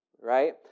right